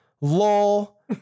lol